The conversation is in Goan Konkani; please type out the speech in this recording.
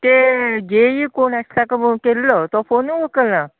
ते जेई कोण आसा तेका फोन केल्लो तो फोनू उखलना